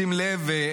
שים לב,